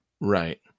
Right